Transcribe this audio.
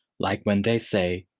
like when they say,